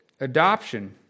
Adoption